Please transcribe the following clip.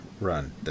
run